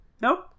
Nope